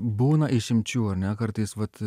būna išimčių ar ne kartais vat